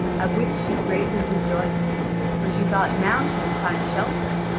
at which she greatly rejoiced for she thought now she would find shelter,